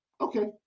Okay